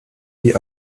die